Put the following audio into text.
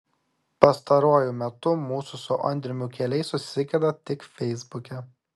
pastaruoju metu mūsų su andriumi keliai susikerta tik feisbuke